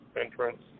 entrance